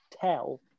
tell